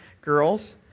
girls